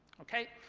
ok?